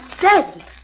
dead